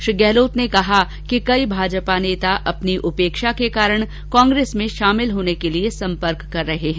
श्री गहलोत ने कहा कि कई भाजपा नेता अपनी उपेक्षा के कारण कांग्रेस में शामिल होने के लिए सम्पर्क कर रहे हैं